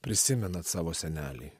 prisimenat savo senelį